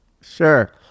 Sure